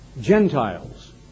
Gentiles